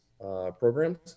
programs